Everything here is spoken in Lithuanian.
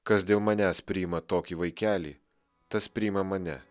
kas dėl manęs priima tokį vaikelį tas priima mane